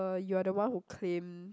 you are the one who claim